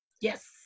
Yes